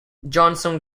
johnson